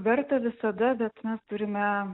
verta visada bet mes turime